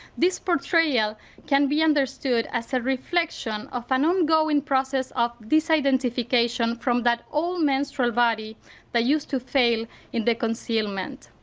this portrayal can be understood as a reflection of an ongoing process of disidentification from that old menstrual body that used to fail in the concealment.